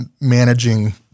managing